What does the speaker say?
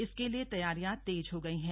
इसके लिए तैयारियां तेज हो गई है